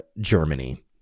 Germany